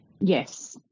Yes